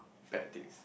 bad things